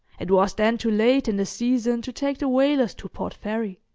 it was then too late in the season to take the whalers to port fairy.